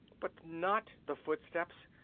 but not the footsteps.